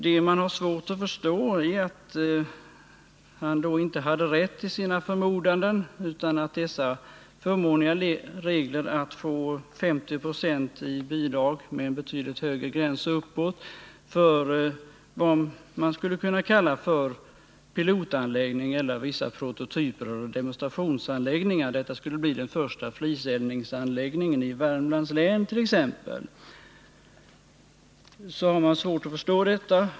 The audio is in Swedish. Det man har svårt att förstå är att kommunalrådet då inte hade rätt i sina förmodanden beträffande dessa förmånliga regler att få 50 2 i bidrag, med en betydligt högre gräns uppåt, för vad man skulle kunna kalla för pilotanläggning eller vissa prototyper eller demonstrationsanläggningar. Detta skulle bli den första fliseldningsanläggningen i Värmlands län t.ex.